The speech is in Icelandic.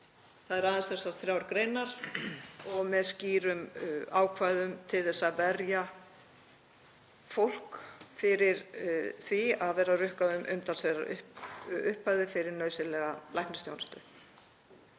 Það er aðeins þessar þrjár greinar, með skýrum ákvæðum til að verja fólk fyrir því að vera rukkað um umtalsverðar upphæðir fyrir nauðsynlega læknisþjónustu.